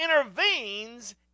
intervenes